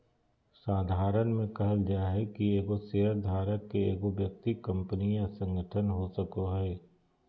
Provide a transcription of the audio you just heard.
साधारण में कहल जाय कि एगो शेयरधारक के एगो व्यक्ति कंपनी या संगठन हो सको हइ